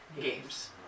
games